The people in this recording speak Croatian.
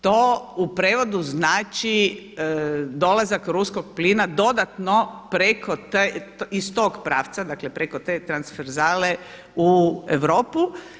To u prijevodu znači dolazak ruskog plina dodatno iz tog pravca, dakle preko te transferzale u Europu.